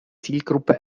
zielgruppe